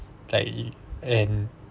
like and